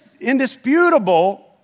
indisputable